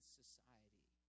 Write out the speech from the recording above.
society